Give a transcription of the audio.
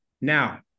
now